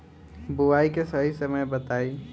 बुआई के सही समय बताई?